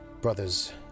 brother's